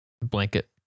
blanket